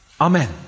Amen